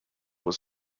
was